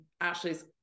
Ashley's